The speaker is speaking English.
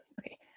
Okay